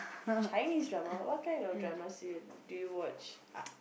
Chinese drama what kind of dramas uh do you watch